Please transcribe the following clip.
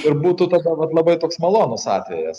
ir būtų tada vat labai toks malonus atvejas